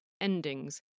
endings